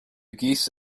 geese